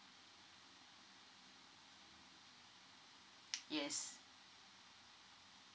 yes